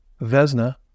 Vesna